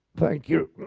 thank you.